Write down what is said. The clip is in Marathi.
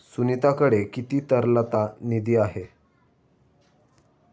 सुनीताकडे किती तरलता निधी आहे?